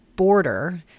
border